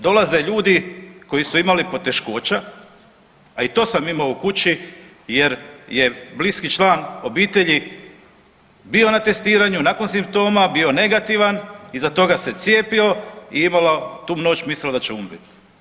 Dolaze ljudi koji su imali poteškoća, a i to sam imao u kući jer je bliski član obitelji bio na testiranju nakon simptoma, bio negativan, iza toga se cijepio i imala tu noć mislila da će umrijet.